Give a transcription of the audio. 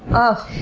oh!